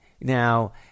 Now